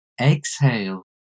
exhale